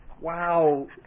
Wow